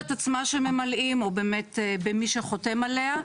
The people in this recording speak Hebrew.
עצמה שממלאים או באמת במי שחותם עליה.